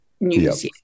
news